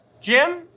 Jim